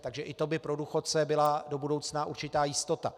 Takže i to by pro důchodce byla do budoucna určitá jistota.